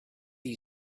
you